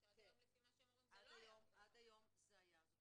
עד היום, לפי מה שהם אומרים, זה לא היה.